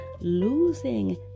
losing